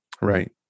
right